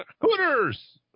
Hooters